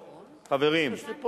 חברים,